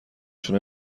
چون